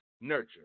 nurture